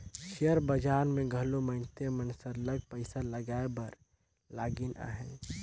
share बजार में घलो मइनसे मन सरलग पइसा लगाए बर लगिन अहें